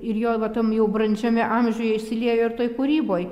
ir jo va tam jau brandžiame amžiuje išsiliejo ir toj kūryboj